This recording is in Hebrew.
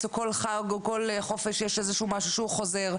או כל חג או חופש יש התנהלות חוזרת,